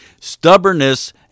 stubbornness